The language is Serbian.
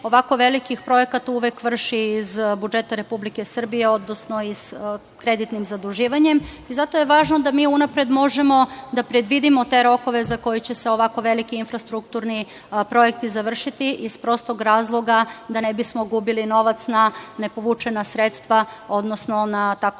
ovako velikih projekata uvek vrši iz budžeta Republike Srbije, odnosno kreditnim zaduživanjem. Zato je važno da mi unapred možemo da predvidimo te rokove za koje će se ovako veliki infrastrukturni projekti završiti iz prostog razloga da ne bismo gubili novac na nepovučena sredstva, odnosno na tzv.